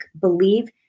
believe